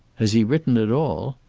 has he written at all?